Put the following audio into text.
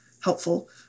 helpful